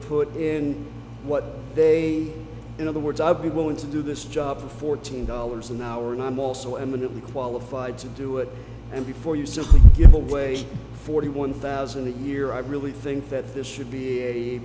put in what they in other words i'd be willing to do this job for fourteen dollars an hour and i'm also eminently qualified to do it and before you simply give away forty one thousand a year i really think that this should be a